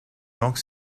donc